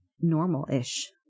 normal-ish